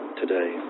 today